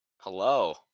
Hello